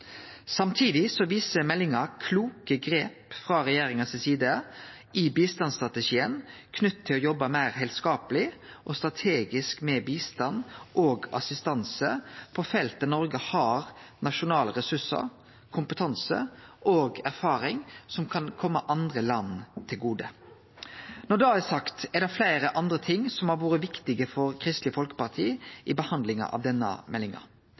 Samtidig viser meldinga kloke grep frå regjeringas side i bistandsstrategien knytte til å jobbe meir heilskapleg og strategisk med bistand og assistanse på felt der Noreg har nasjonale ressursar, kompetanse og erfaring som kan kome andre land til gode. Når det er sagt, er det fleire andre ting som har vore viktige for Kristeleg Folkeparti i behandlinga av denne meldinga.